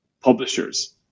publishers